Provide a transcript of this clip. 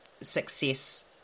success